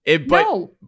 No